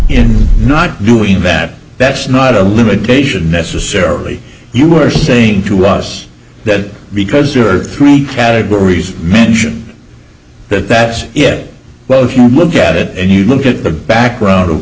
in not doing that that's not a limitation necessarily you are saying to us that because there are three categories mention that that it well if you look at it and you look at the background of